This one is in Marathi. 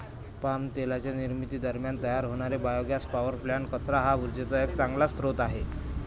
पाम तेलाच्या निर्मिती दरम्यान तयार होणारे बायोगॅस पॉवर प्लांट्स, कचरा हा उर्जेचा एक चांगला स्रोत आहे